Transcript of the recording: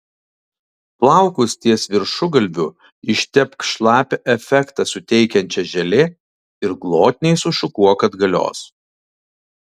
plaukus ties viršugalviu ištepk šlapią efektą suteikiančia želė ir glotniai sušukuok atgalios